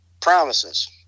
promises